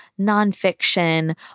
nonfiction